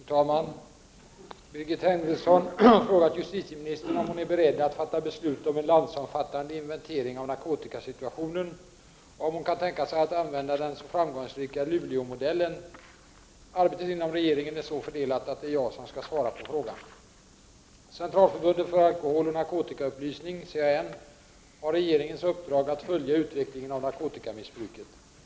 Fru talman! Birgit Henriksson har frågat justitieministern om hon är beredd att fatta beslut om en landsomfattande inventering av narkotikasituationen och om hon kan tänka sig att använda den så framgångsrika ”Luleåmodellen”. Arbetet inom regeringen är så fördelat att det är jag som skall svara på frågan. Centralförbundet för alkoholoch narkotikaupplysning har regeringens uppdrag att följa utvecklingen av narkotikamissbruket.